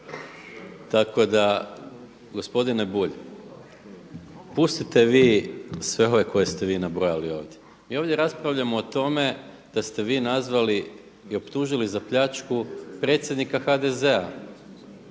Tako da gospodine Bulj, pustite vi sve ove koje ste nabrojali ovdje. Mi ovdje raspravljamo o tome da ste vi nazvali i optužili za pljačku predsjednika HDZ-a,